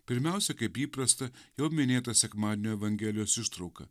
pirmiausia kaip įprasta jau minėta sekmadienio evangelijos ištrauka